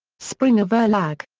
springer-verlag.